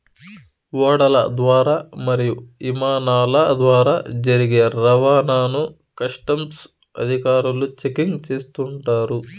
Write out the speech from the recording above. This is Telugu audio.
ఓడల ద్వారా మరియు ఇమానాల ద్వారా జరిగే రవాణాను కస్టమ్స్ అధికారులు చెకింగ్ చేస్తుంటారు